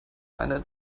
eine